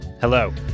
hello